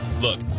look